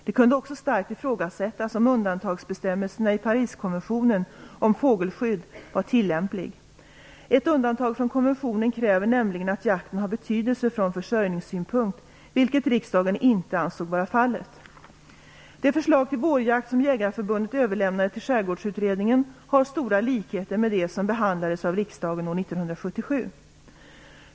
Det kunde också starkt ifrågasättas om undantagsbestämmelsen i Pariskonventionen om fågelskydd var tillämplig. Ett undantag från konventionen kräver nämligen att jakten har betydelse från försörjningssynpunkt, vilket riksdagen inte ansåg vara fallet. Det förslag till vårjakt som Jägareförbundet överlämnade till Skärgårdsutredningen har stora likheter med det som behandlades av riksdagen år 1977.